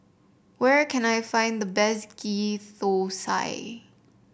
where can I find the best Ghee Thosai